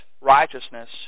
righteousness